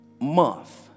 month